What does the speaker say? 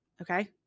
okay